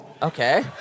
Okay